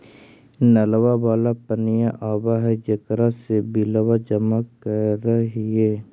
नलवा वाला पनिया आव है जेकरो मे बिलवा जमा करहिऐ?